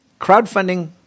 crowdfunding